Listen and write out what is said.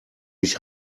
mich